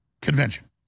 convention